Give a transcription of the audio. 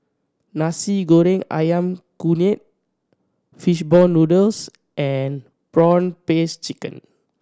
Nasi Goreng Ayam Kunyit fish ball noodles and prawn paste chicken